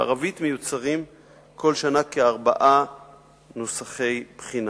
בערבית מיוצרים כל שנה כארבעה נוסחי בחינה.